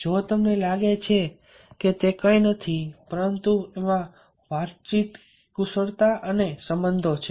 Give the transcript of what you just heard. જો તમને લાગે કે તે કંઈ નથી પરંતુ એમાં વાતચીત કુશળતા અને સંબંધો છે